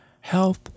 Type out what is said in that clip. health